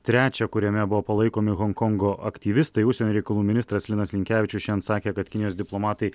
trečią kuriame buvo palaikomi honkongo aktyvistai užsienio reikalų ministras linas linkevičius šiandien sakė kad kinijos diplomatai